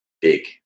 big